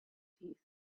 teeth